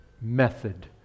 method